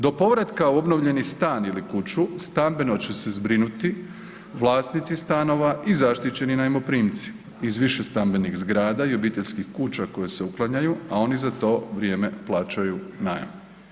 Do povratka u obnovljeni stan ili kuću stambeno će se zbrinuti vlasnici stanova i zaštićeni najmoprimci iz višestambenih zgrada i obiteljskih kuća koje se uklanjaju, a oni za to vrijeme plaćaju najam.